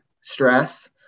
stress